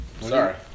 sorry